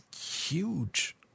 huge